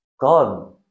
god